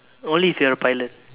only if you're a pilot